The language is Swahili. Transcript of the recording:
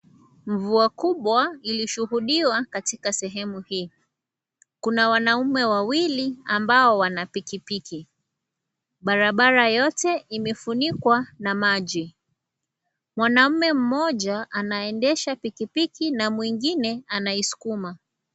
Mvua kubwa ilishuhudiwa katika sehemu hii. Kuna wanaume wawili ambao wana pikipiki. Barabara yote, imefunikwa na maji. Mwaume mmoja, anaendesha pikipiki na mwingine anaisukuma.